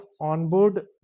onboard